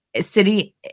city